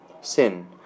Sin